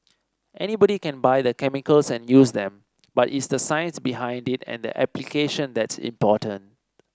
anybody can buy the chemicals and use them but it's the science behind it and the application that's important